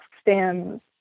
stands